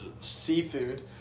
seafood